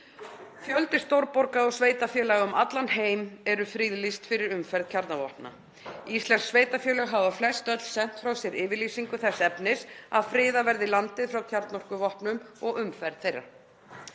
Fjöldi stórborga og sveitarfélaga um allan heim er friðlýstur fyrir umferð kjarnavopna. Íslensk sveitarfélög hafa flestöll sent frá sér yfirlýsingu þess efnis að friða verði landið frá kjarnorkuvopnum og umferð þeirra.